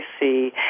see